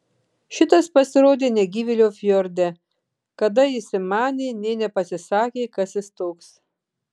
šitas pasirodė negyvėlio fjorde kada įsimanė nė nepasisakė kas jis toks